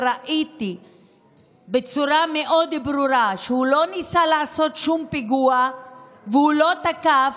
וראיתי בצורה מאוד ברורה שהוא לא ניסה לעשות שום פיגוע והוא לא תקף,